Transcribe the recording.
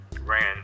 ran